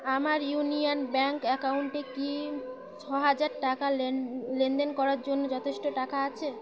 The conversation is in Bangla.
আমার ইউনিয়ন ব্যাঙ্ক অ্যাকাউন্টে কি ছ হাজার টাকা লেন লেনদেন করার জন্য যথেষ্ট টাকা আছে